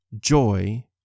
Joy